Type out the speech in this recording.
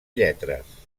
lletres